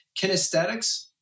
Kinesthetics